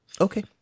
Okay